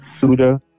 Suda